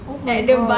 oh my god